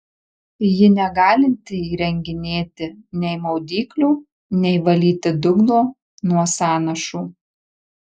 ji negalinti įrenginėti nei maudyklių nei valyti dugno nuo sąnašų